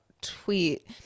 tweet